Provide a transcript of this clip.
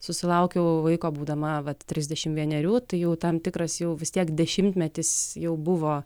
susilaukiau vaiko būdama vat trisdešim vienerių tai jau tam tikras jau vis tiek dešimtmetis jau buvo